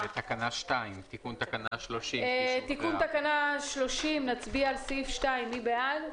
תקנה 2, תיקון תקנה 30. מי בעד?